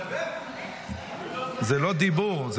--- זה לא דיבור.